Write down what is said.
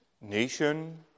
nation